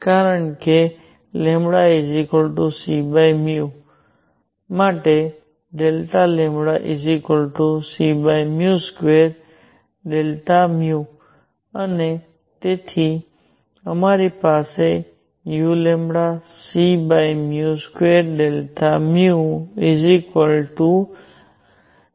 કારણ કે c c2 Δν અને તેથી અમારી પાસે uc2 ΔνuΔν